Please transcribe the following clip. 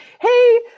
hey